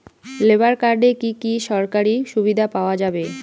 Labour কার্ডে কি কি সরকারি সুবিধা পাওয়া যাবে?